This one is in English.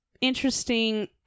interesting